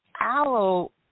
aloe